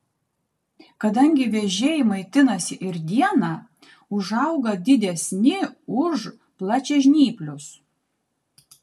kadangi vėžiai maitinasi ir dieną užauga didesni už plačiažnyplius